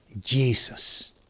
Jesus